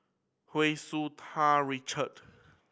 Hu Tsu Tau Richard